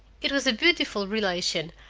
it was a beautiful relation,